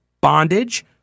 bondage